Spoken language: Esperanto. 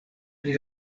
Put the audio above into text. pri